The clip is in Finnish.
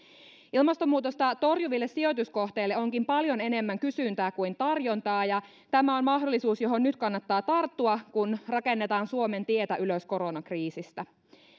ilmastonmuutosta torjuville sijoituskohteille onkin paljon enemmän kysyntää kuin tarjontaa ja tämä on mahdollisuus johon nyt kannattaa tarttua kun rakennetaan suomen tietä ylös koronakriisistä